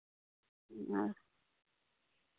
ᱟᱨ